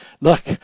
Look